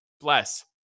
bless